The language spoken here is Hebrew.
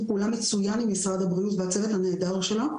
פעולה נהדר עם משרד הבריאות והצוות הנהדר שלו,